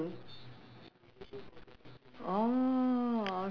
ah never mind you find out nanti later we take each other contact ah